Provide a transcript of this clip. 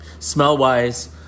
Smell-wise